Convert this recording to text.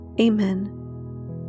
Amen